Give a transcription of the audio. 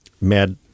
mad